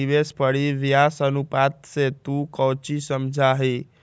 निवेश परिव्यास अनुपात से तू कौची समझा हीं?